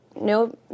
no